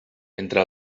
entra